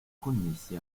connesse